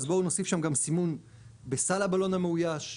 אז בוא נוסיף גם סימון בסל הבלון המאויש,